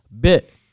bit